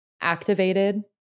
activated